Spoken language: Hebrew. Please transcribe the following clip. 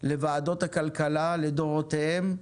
לוועדות הכלכלה לדורותיהן,